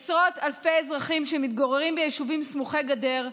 עשרות אלפי אזרחים שמתגוררים ביישובים סמוכי גדר,